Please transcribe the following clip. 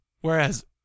whereas